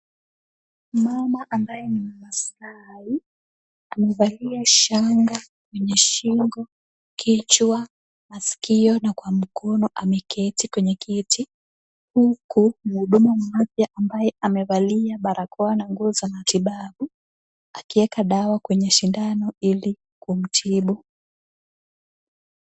Mama ambaye ni mmasai, amevalia shanga kwenye shingo, kichwa, masikio na kwa mkono, ameketi kwenye kiti, huku mhudumu mmoja ambaye amevalia barakoa na nguo za matibabu. Akieka dawa kwenye sindano ili kumtibu.